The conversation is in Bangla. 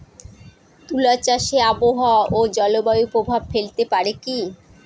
তুলা চাষে আবহাওয়া ও জলবায়ু প্রভাব ফেলতে পারে কি?